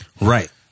Right